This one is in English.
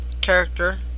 character